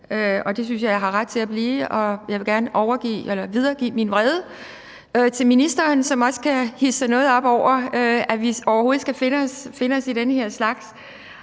og det synes jeg at jeg har ret til at blive. Jeg vil gerne videreformidle min vrede til ministeren, som også kan hidse sig noget op over, at vi overhovedet skal finde os i den slags.